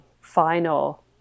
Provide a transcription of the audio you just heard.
final